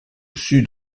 sud